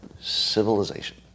civilization